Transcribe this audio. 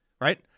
right